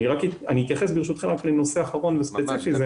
אני אתייחס, ברשותכם, לנושא אחרון וספציפי.